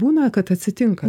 būna kad atsitinka